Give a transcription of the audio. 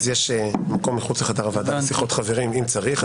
יש מקום מחוץ לחדר הוועדה לשיחות חברים ואם צריך,